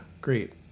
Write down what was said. Great